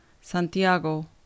Santiago